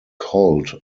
colt